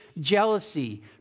jealousy